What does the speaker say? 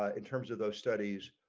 ah in terms of those studies